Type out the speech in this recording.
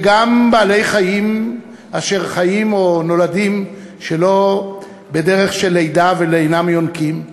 וגם בעלי-חיים אשר חיים או נולדים שלא בדרך של לידה ואינם יונקים.